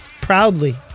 Proudly